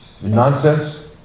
nonsense